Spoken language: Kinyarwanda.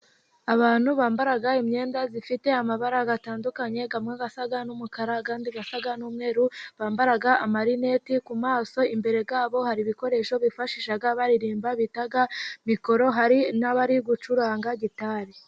Abantu bambara imyenda ifite amabara atandukanye amwe asa n'umukara andi asa n'umweru, bambara amarinete ku maso. Imbere yabo hari ibikoresho bifashisha baririmba bita mikoro, hari n'abari gucuranga gitari.